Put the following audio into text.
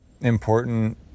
important